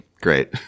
Great